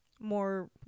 more